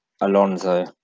Alonso